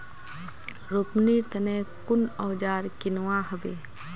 रोपनीर तने कुन औजार किनवा हबे